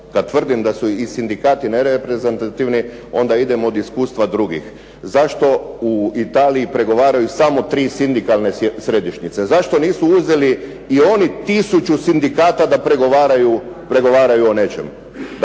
kada tvrdim da su i sindikati nereprezentativni, onda idem od iskustva drugih. Zašto u Italiji pregovaraju samo tri sindikalne središnjice? Zašto nisu uzeli i oni tisuću sindikata da pregovaraju o nečemu?